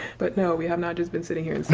but no, we have not just been sitting here